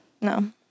No